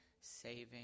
saving